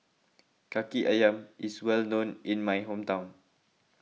Kaki Ayam is well known in my hometown